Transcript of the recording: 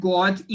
God